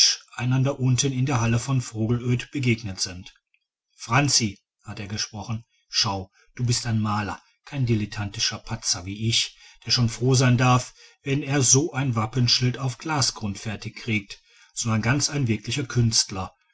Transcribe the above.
einander unten in der halle von vogelöd begegnet sind franzi hat er gesprochen schau du bist ein maler kein dilettantischer patzer wie ich der schon froh sein darf wenn er so ein wappenschild auf glasgrund fertig kriegt sondern ganz ein wirklicher künstler